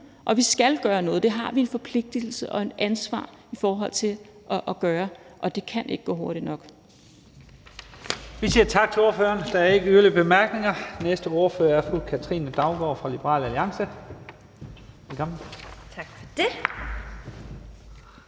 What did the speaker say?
og vi skal gøre noget, for det har vi en forpligtelse til og et ansvar for, og det kan ikke gå hurtigt nok.